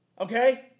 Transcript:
okay